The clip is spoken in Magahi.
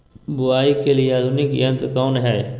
बुवाई के लिए आधुनिक यंत्र कौन हैय?